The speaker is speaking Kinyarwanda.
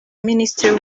minisitiri